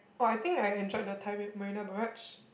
oh I think I enjoyed the time at Marina-Barrage